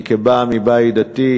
אני, כמי שבא מבית דתי,